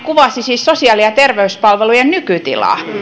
kuvasi siis sosiaali ja terveyspalvelujen nykytilaa